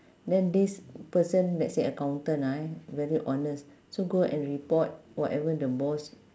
then this person let's say accountant ah very honest so go and report whatever the boss